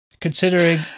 considering